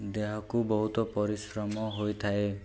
ଦେହକୁ ବହୁତ ପରିଶ୍ରମ ହୋଇଥାଏ